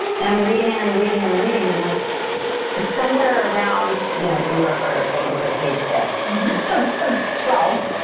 and i'm reading and i'm reading and reading. and i'm like somewhere around, you know, new yorker articles. it was like page six of of twelve.